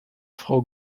frau